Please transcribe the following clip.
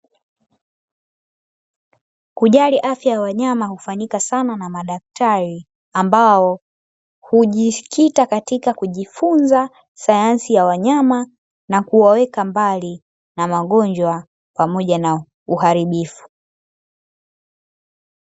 Kujali afya ya wanyama hufanyika sana na madaktari, ambao hujikita katika kujifunza sayansi ya wanyama na kuwaweka mbali na magonjwa pamoja na uharibifu.